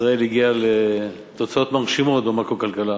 ישראל הגיעה לתוצאות מרשימות במקרו-כלכלה.